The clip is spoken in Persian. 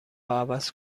عوض